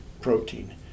protein